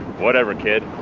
whatever, kid.